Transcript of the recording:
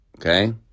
Okay